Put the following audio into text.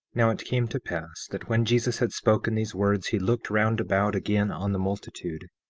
now it came to pass that when jesus had spoken these words he looked round about again on the multitude,